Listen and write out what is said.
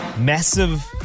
massive